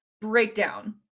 breakdown